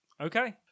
okay